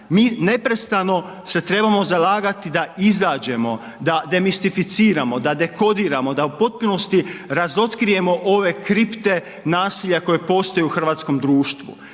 Mi neprestano se trebamo zalagati da izađemo, da demistificiramo, da dekodiramo, da u potpunosti razotkrijemo ove kripte nasilja koje postoji u hrvatskom društvu,